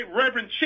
Reverend